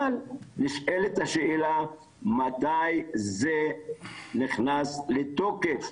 אבל נשאלת השאלה, מתי זה נכנס לתוקף?